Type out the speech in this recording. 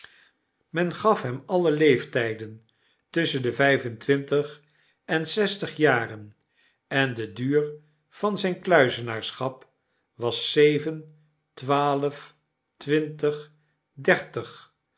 men gaf hem alle leeftijden tusschen de vijf en twintig en zestig jaren en de duur van zijn kluizenaarschap was zeven twaalf twintig dertig